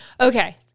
Okay